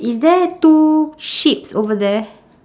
is there two sheeps over there